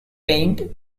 paint